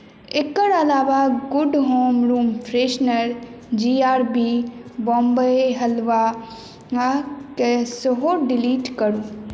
एकर अलावा good home room freshener G R B Bombay हलवाके सेहो डिलीट करू